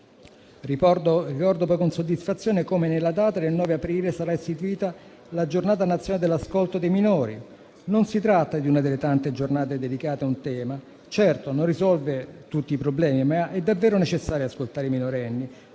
Ricordo poi con soddisfazione che nella data del 9 aprile sarà istituita la Giornata nazionale dell'ascolto dei minori. Non si tratta di una delle tante giornate dedicate a un tema; certo, non risolve tutti i problemi, ma è davvero necessario ascoltare i minorenni